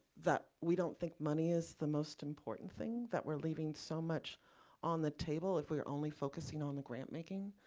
that we don't think money is the most important thing, that we're leaving so much on the table if we were only focusing on the grant making.